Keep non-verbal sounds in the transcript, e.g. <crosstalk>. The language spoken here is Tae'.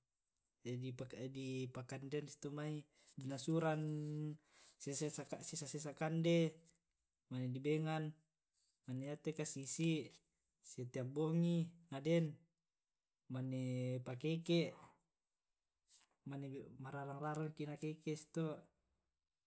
<hesitation> Di pa'kandean susi to' mai di nasuran sesa sesa kande mane dibengan, mane yate kasisi' setiap bongi na den mane pakeke', mane ma rarang rarang ki na keke' susito'.